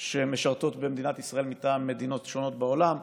שמשרתות במדינת ישראל מטעם מדינות שונות בעולם,